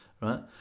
right